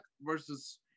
versus